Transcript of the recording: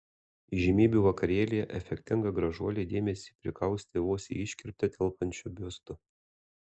įžymybių vakarėlyje efektinga gražuolė dėmesį prikaustė vos į iškirptę telpančiu biustu